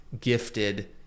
gifted